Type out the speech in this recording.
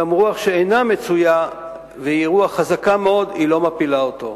גם רוח שאינה מצויה והיא רוח חזקה מאוד לא מפילה אותו.